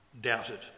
doubted